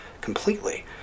completely